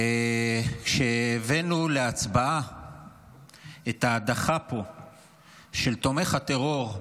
כשהבאנו פה להצבעה את ההדחה של תומך הטרור,